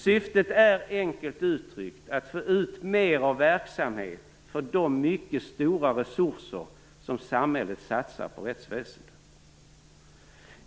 Syftet är, enkelt uttryckt, att få ut mer av verksamhet för de mycket stora resurser som samhället satsar på rättsväsendet.